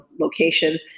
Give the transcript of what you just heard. location